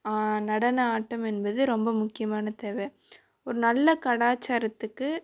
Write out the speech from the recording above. நடனம் ஆட்டம் என்பது ரொம்ப முக்கியமான தேவை ஒரு நல்ல கலாச்சாரத்துக்கு